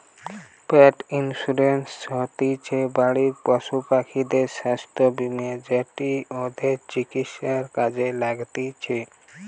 পেট insurance হতিছে বাড়ির পশুপাখিদের স্বাস্থ্য বীমা যেটি ওদের চিকিৎসায় কাজে লাগতিছে